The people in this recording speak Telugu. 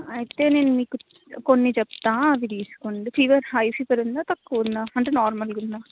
అయితే నేను మీకు నేను కొన్ని చెప్తాను అవి తీసుకోండి ఫివర్ హై ఫివర్ ఉందా తక్కువ ఉందా అంటే నార్మల్గా ఉందా